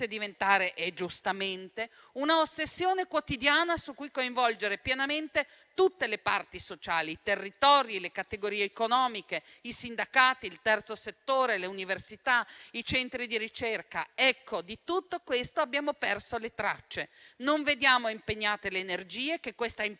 diventare - e giustamente - una ossessione quotidiana su cui coinvolgere pienamente tutte le parti sociali, i territori, le categorie economiche, i sindacati, il terzo settore, le università, i centri di ricerca. Di tutto questo abbiamo perso le tracce. Non vediamo impegnate le energie che questa impresa